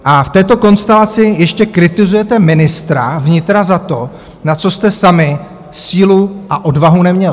A v této konstelaci ještě kritizujete ministra vnitra za to, na co jste sami sílu a odvahu neměli.